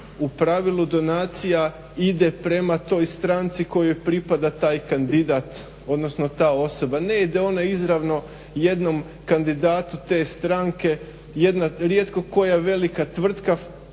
u pravilu donacija ide prema toj stranci kojoj pripada toj kandidat, odnosno ta osoba. Ne ide ona izravno jednom kandidatu te stranke. Rijetko koja velika tvrtka